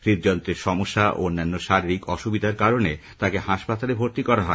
হৃদযন্ত্রের সমস্যা ও অন্যান্য শারীরিক অসুবিধার কারণে তাঁকে হাসপাতালে ভর্তি করা হয়